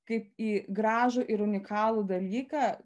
kaip į gražų ir unikalų dalyką